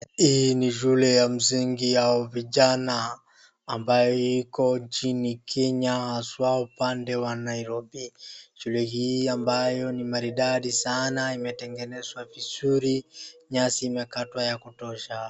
Hii ni shule ya msingi yao vijana , ambayo iko nchini kenya haswa upande wa Nairobi. Shule hii ambayo ni maridadi sana imetengenezwa vizuri , nyasi imekatwa ya kutosha .